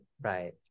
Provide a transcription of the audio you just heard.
Right